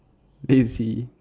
then you see